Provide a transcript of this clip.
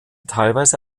teilweise